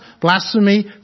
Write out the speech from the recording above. blasphemy